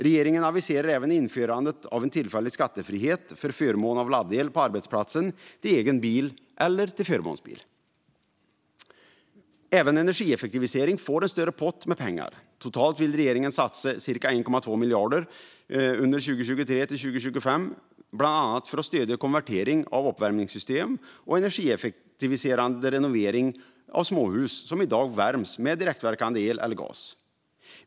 Regeringen aviserar även införandet av en tillfällig skattefrihet för förmån av laddel på arbetsplatsen till egen bil eller förmånsbil. Även energieffektivisering får en större pott med pengar. Totalt vill regeringen satsa cirka 1,2 miljarder under 2023-2025, bland annat för att stödja konvertering av uppvärmningssystem och energieffektiviserande renovering av småhus som i dag värms med direktverkande el eller gas.